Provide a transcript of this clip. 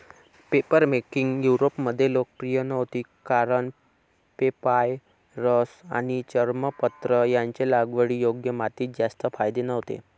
papermaking युरोपमध्ये लोकप्रिय नव्हती कारण पेपायरस आणि चर्मपत्र यांचे लागवडीयोग्य मातीत जास्त फायदे नव्हते